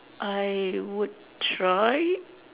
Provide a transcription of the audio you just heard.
I would try